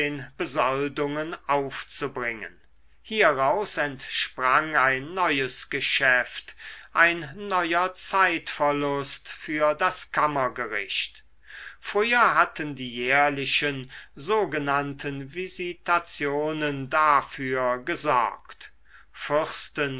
besoldungen aufzubringen hieraus entsprang ein neues geschäft ein neuer zeitverlust für das kammergericht früher hatten die jährlichen sogenannten visitationen dafür gesorgt fürsten